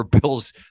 Bill's